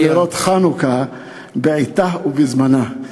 הדלקת נרות חנוכה בעתה ובזמנה.